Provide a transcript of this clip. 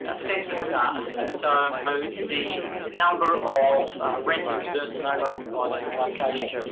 ah census data, so ah the number of renters versus owner occupiers in a location.